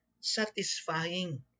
satisfying